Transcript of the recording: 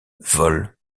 vol